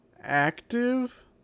active